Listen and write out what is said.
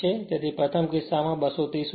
તેથી પ્રથમ કિસ્સામાં 230 વોલ્ટ